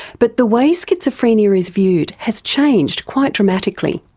but the way schizophrenia is viewed has changed quite dramatically.